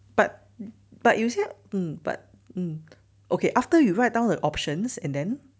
but but you say but mm okay after you write down the options and then